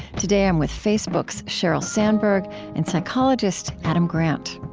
today i'm with facebook's sheryl sandberg and psychologist adam grant